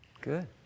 good